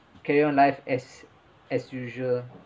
carry on life as as usual